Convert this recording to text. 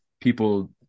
people